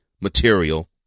material